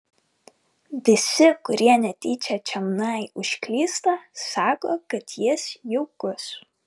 visi kurie netyčia čionai užklysta sako kad jis jaukus